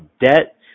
Debt